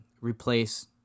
replace